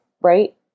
right